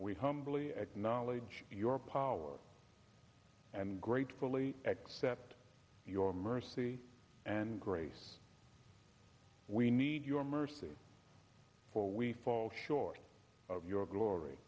we humbly acknowledge your power and gratefully accept your mercy and grace we need your mercy for we fall short of your glory